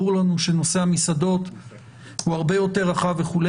ברור לנו שנושא המסעדות הוא הרבה יותר רחב וכו'.